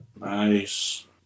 Nice